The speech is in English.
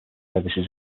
services